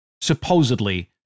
supposedly